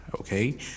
okay